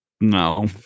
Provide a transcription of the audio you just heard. No